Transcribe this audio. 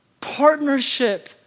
partnership